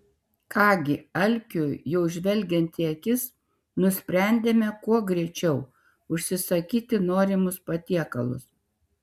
ką gi alkiui jau žvelgiant į akis nusprendėme kuo greičiau užsisakyti norimus patiekalus